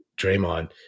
Draymond